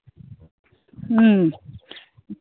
ꯎꯝ